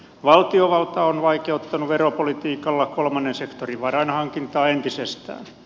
valtiovalta on vaikeuttanut veropolitiikalla kolmannen sektorin varainhankintaa entisestään